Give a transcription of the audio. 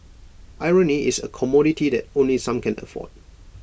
irony is A commodity that only some can afford